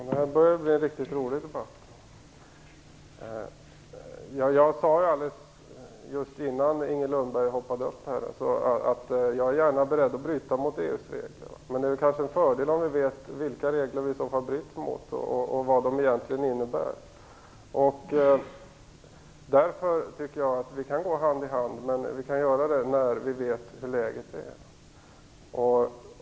Fru talman! Nu börjar det bli en riktigt rolig debatt. Jag sade just innan Inger Lundberg hoppade upp att jag gärna är beredd att bryta mot EU:s regler, men det är en fördel om vi vet vilka regler vi i så fall bryter mot och vad de egentligen innebär. Därför tycker jag att vi kan gå hand i hand, men vi kan göra det när vi vet hur läget är.